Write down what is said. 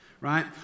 right